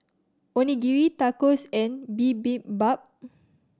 Onigiri Tacos and Bibimbap